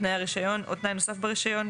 תנאי הרישיון או תנאי נוסף ברישיון,